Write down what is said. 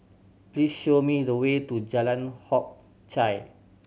please show me the way to Jalan Hock Chye